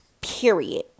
period